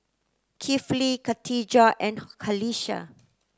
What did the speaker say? Kifli Katijah and Qalisha